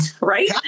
Right